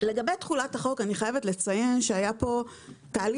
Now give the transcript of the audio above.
לגבי תחולת החוק, אני חייבת לציין שהיה פה תהליך.